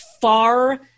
far